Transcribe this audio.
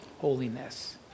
Holiness